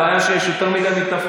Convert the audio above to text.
הבעיה היא שיש יותר מדי מתווכים.